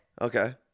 Okay